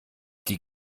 die